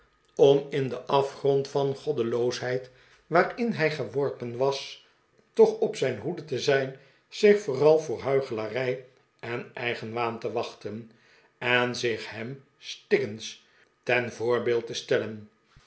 om in den afgrond van goddeloosheid waarin hij geworpen was toch op zijn hoede te zijn zich vooral vodr huichelarij en eigenwaan te wachten en zich hem stiggins ten voorbeeld te stellen